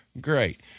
Great